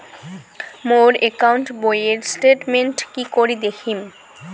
মোর account বইয়ের statement কি করি দেখিম?